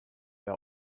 wer